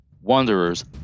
Wanderers